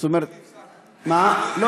הייתי מנוי והפסקתי.